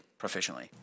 proficiently